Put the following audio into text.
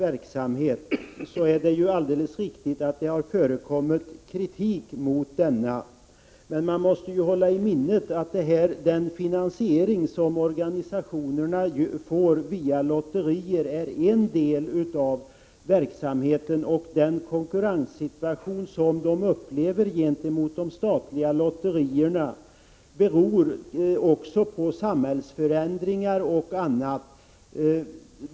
Fru talman! Det är alldeles riktigt att det har förekommit kritik mot lotterinämndens verksamhet. Men man måste hålla i minnet att de lotterier som organisationerna får inkomster från är en del av lotteriverksamheten och att den konkurrenssituation som organisationerna upplever gentemot de statliga lotterierna har att göra med samhällsförändringar och annat.